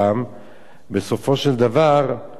בסופו של דבר רצחו אותם.